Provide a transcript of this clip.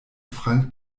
frank